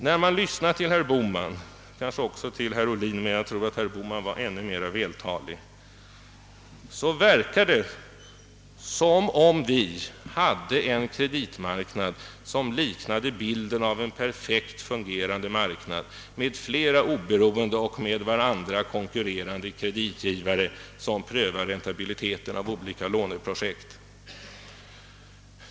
När man lyssnar till herr Bohman — och kanske också till herr Ohlin, även om herr Bohman var den mest vältalige — verkar det som om vi hade en kreditmarknad som företedde bilden av en perfekt fungerande marknad, med flera oberoende och med varandra konkurrerande kreditgivare som prövar räntabiliteten av olika låneprojekt.